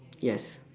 yes